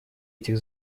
этих